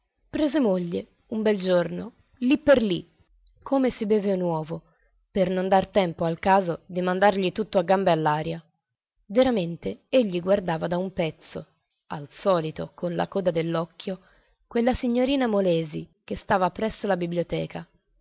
prese moglie un bel giorno lì per lì come si beve un uovo per non dar tempo al caso di mandargli tutto a gambe all'aria veramente egli guardava da un pezzo al solito con la coda dell'occhio quella signorina molesi che stava presso la biblioteca